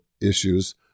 issues